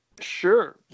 Sure